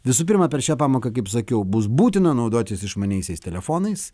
visų pirma per šią pamoką kaip sakiau bus būtina naudotis išmaniaisiais telefonais